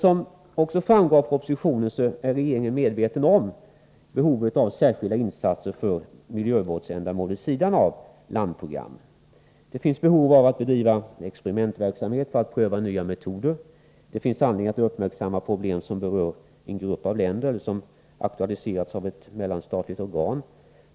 Som framgår av propositionen är regeringen dock medveten om behovet av särskilda insatser för miljövårdsändamål vid sidan av landprogrammen. Det finns behov av att bedriva experimentverksamhet för att pröva nya metoder. Det finns anledning att uppmärksamma problem, som berör en grupp av länder eller som aktualiseras av ett mellanstatligt organ.